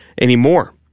anymore